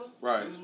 Right